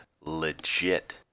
legit